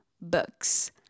books